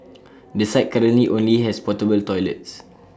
the site currently only has portable toilets